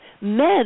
men